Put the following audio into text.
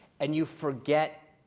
and you forget